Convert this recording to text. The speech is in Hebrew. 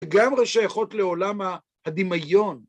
לגמרי שייכות לעולם הדמיון.